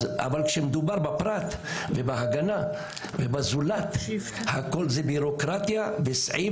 אבל כשמדובר בפרט ובהגנה ובזולת הכול זה בירוקרטיה וסעיף